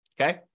Okay